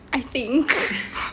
I think